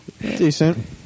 Decent